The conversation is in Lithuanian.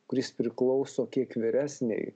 kuris priklauso kiek vyresnei